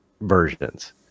versions